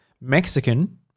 Mexican